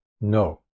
no